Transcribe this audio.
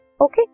Okay